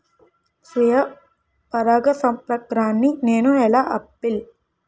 స్వీయ పరాగసంపర్కాన్ని నేను ఎలా ఆపిల్?